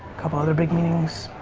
couple other big meetings.